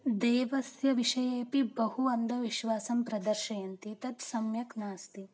देवस्य विषये अपि बहु अन्धविश्वासं प्रदर्शयन्ति तद् सम्यक् नास्ति